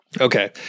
Okay